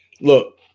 Look